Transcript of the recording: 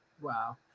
Wow